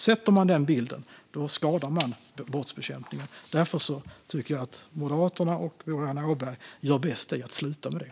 Sätter man den bilden, då skadar man brottsbekämpningen. Därför tycker jag att Moderaterna och Boriana Åberg gör bäst i att sluta med det.